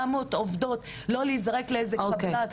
800 עובדות לא להיזרק לאיזו חברה.